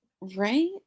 Right